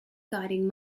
guiding